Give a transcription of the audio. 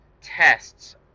tests